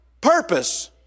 purpose